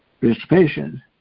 participation